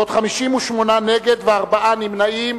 בעוד 58 נגד וארבעה נמנעים.